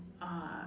uh